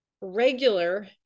regular